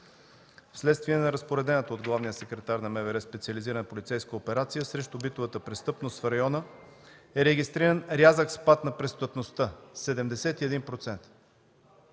Вследствие на разпоредената от главния секретар на МВР специализирана полицейска операция срещу битовата престъпност в района е регистриран рязък спад на престъпността – 71%.